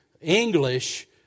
English